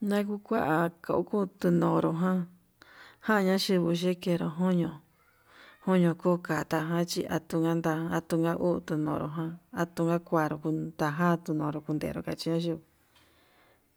Nakukua katuu tuñonro ján jaña chingu yeke ñenro joño kuu takajan achinada, atuna guo tunonro atuna kuaru kunta janro tuñonro kachenro kacheche,